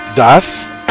Das